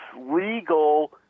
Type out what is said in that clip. legal